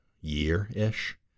year-ish